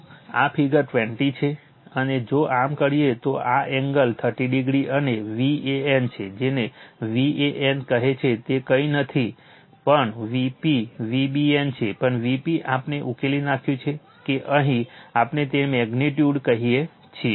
તો આ ફીગર 20 છે અને જો આમ કરીએ તો તો આ એંગલ 30o અને Van છે જેને Van કહે છે તે કંઈ નથી પણ Vp Vbn છે પણ Vp આપણે ઉકેલી નાખ્યું છે કે અહીં આપણે તેને મેગ્નિટ્યુડ કહીએ છીએ